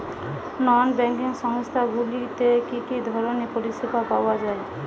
নন banking সংস্থা গুলিতে কি কি ধরনের পরিসেবা পাওয়া য়ায়?